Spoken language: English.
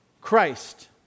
Christ